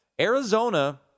Arizona